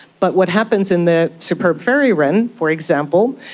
but what happens in the superb fairy wren, for example,